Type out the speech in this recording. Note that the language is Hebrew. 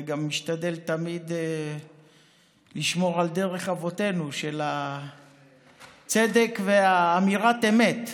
אתה משתדל תמיד לשמור על דרך אבותינו של הצדק ואמירת האמת.